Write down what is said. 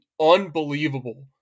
unbelievable